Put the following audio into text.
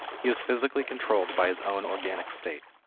he is physically controlled by his own organic state.